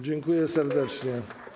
Dziękuję serdecznie.